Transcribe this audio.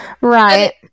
Right